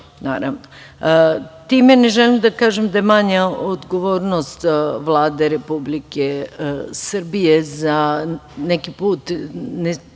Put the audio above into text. naravno. Time ne želim da kažem da je manja odgovornost Vlade Republike Srbije za neki put ne